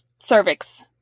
cervix